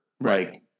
Right